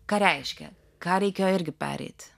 ką reiškia ką reikėjo irgi pereit